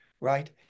right